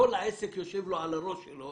כל העסק יושב לו על הראש שלו